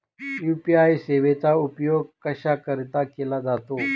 UPI सेवेचा उपयोग कशाकरीता केला जातो?